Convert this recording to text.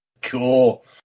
Cool